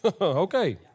Okay